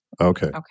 Okay